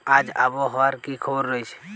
আজ আবহাওয়ার কি খবর রয়েছে?